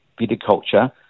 viticulture